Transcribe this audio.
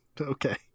okay